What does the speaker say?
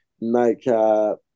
Nightcap